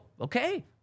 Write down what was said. okay